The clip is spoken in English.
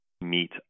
meet